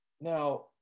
Now